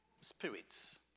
spirits